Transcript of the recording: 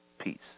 peace